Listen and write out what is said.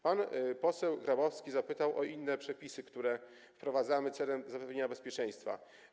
Pan poseł Grabowski zapytał o inne przepisy, które wprowadzamy w celu zapewnienia bezpieczeństwa.